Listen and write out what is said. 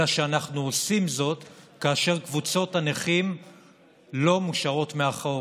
אלא שאנחנו עושים זאת כאשר קבוצות הנכים לא מושארות מאחור.